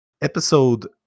episode